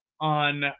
on